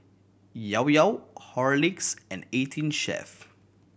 Llao Llao Horlicks and Eighteen Chef